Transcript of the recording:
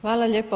Hvala lijepo.